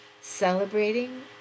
celebrating